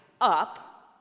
up